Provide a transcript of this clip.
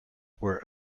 were